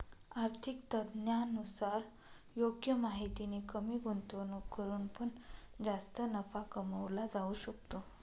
आर्थिक तज्ञांनुसार योग्य माहितीने कमी गुंतवणूक करून पण जास्त नफा कमवला जाऊ शकतो